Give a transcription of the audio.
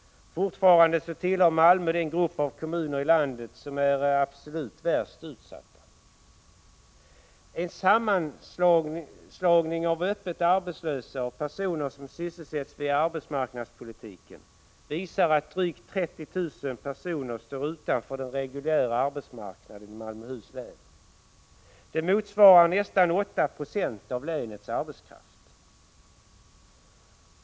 Fortfarande tillhör Malmö den grupp av kommuner i landet som är absolut värst utsatt. En sammanslagning av öppet arbetslösa och personer som sysselsätts via arbetsmarknadspolitiken visar att drygt 30 000 personer står utanför den reguljära arbetsmarknaden i Malmöhus län. Det motsvarar nästan 8 96 av länets arbetskraft.